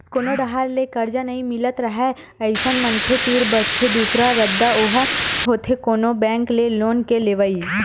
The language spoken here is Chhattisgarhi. कोनो डाहर ले करजा नइ मिलत राहय अइसन मनखे तीर बचथे दूसरा रद्दा ओहा होथे कोनो बेंक ले लोन के लेवई